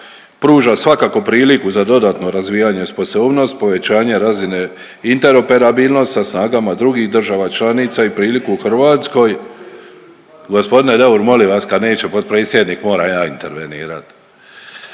pruža svakako priliku za dodatno razvijanje sposobnost, povećanje razine interoperabilnost sa snagama drugih država članica i priliku Hrvatskoj… Gospodine Deur molim vas, kad neće potpredsjednik moram ja intervenirat.